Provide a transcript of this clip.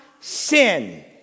sin